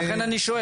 לכן אני שואל,